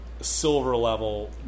silver-level